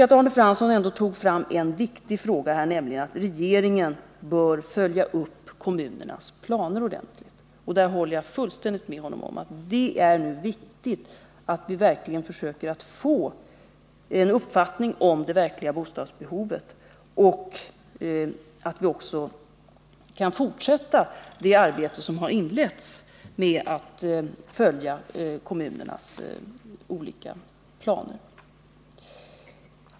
Arne Fransson gjorde ändå ett viktigt påpekande, nämligen att regeringen ordentligt bör följa upp kommunernas planer. Jag håller fullständigt med honom om att det är viktigt att vi försöker få en uppfattning om det verkliga bostadsbehovet genom att fortsätta det arbete som inletts med att följa kommunernas olika planer.